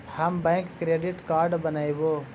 हम bank credit card बनैवो?